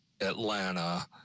Atlanta